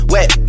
Wet